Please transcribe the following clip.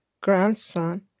grandson